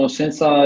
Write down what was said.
senza